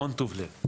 המון טוב לב.